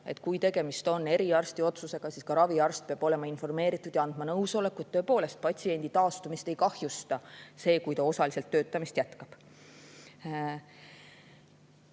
kui tegemist on eriarsti otsusega, siis ka raviarst peab olema informeeritud ja andma nõusoleku, et patsiendi taastumist tõepoolest ei kahjusta see, kui ta osaliselt töötamist jätkab.